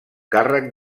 càrrec